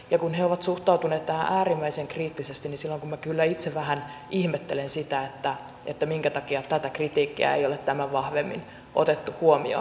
ja kun he ovat suhtautuneet tähän äärimmäisen kriittisesti niin silloin minä kyllä itse vähän ihmettelen sitä minkä takia tätä kritiikkiä ei ole tämän vahvemmin otettu huomioon